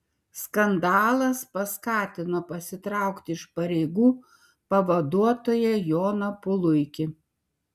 skandalas paskatino pasitraukti iš pareigų pavaduotoją joną puluikį